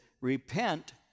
repent